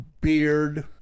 beard